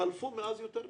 חלפה מאז יותר משנה,